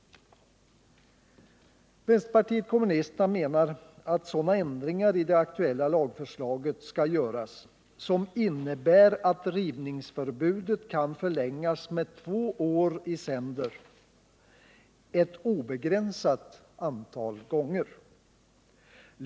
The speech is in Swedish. Vänsterpartiet kommunisterna menar att sådana ändringar i det aktuella lagförslaget skall göras som innebär att rivningsförbudet kan förlängas med två år i sänder ett obegränsat antal gånger.